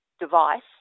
device